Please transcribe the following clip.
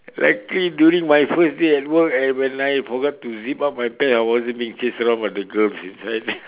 luckily during my first day at my work and when I forgot to zip up my pants I wasn't being chased around by the girls inside